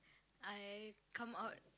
I come out